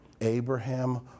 Abraham